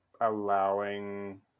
allowing